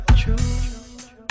true